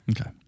Okay